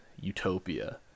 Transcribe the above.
utopia